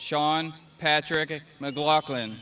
sean patrick mclaughlin